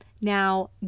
Now